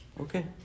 Okay